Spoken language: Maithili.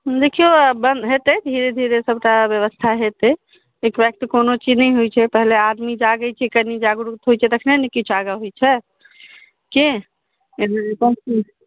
देखिऔ हेतए धीरे धीरे सभटा व्यवस्था हेतए एकबैग तऽ कोनो चीज नहि होइ छै पहले आदमी जागए छै कनी जागरूक होइ छै तखने ने किछु आगाँ होइ छै कि